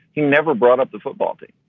he never brought up the football team.